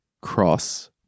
cross